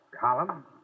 Column